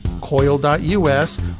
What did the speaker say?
coil.us